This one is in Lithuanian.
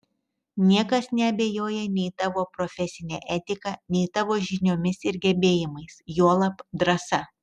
niekas neabejoja nei tavo profesine etika nei tavo žiniomis ir gebėjimais juolab drąsa